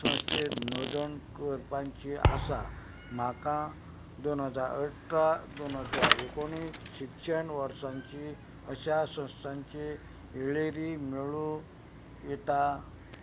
संस्थेंत नोदण करपांची आसा म्हाका दोन हजार अठरा दोन हजार एकोणीस शिक्षण वर्सांची अश्या संस्थांची इळेरी मेळूं येता